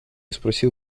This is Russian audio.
спросил